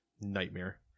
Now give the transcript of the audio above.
nightmare